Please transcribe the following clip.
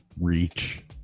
reach